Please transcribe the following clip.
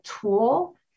tool